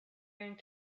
going